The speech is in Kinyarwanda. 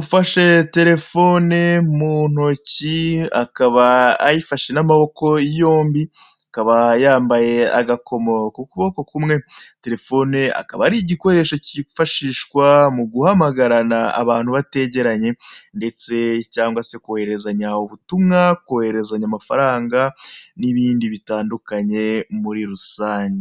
ufashe telefoni mu ntoki, akaba ayifashe n'amaboko yombi, akaba yambaye agakomo ku kuboko kumwe, telefoni akaba ari igikoresho cyifashishwa mu guhamagarana abantu bategeranye ndetse cyangwa se kohererezanya ubutumwa, kohererezanya amafaranga n'ibindi bitandukanye muri rusange.